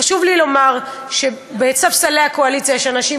חשוב לי לומר שבספסלי הקואליציה יש אנשים